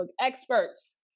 experts